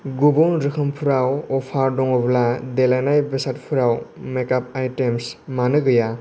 गुबुन रोखोमफोराव अफार दङब्ला देलायनाय बेसादफोराव मेकाप आयटेम्स मानो गैया